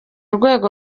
rwego